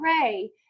pray